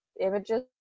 Images